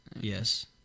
Yes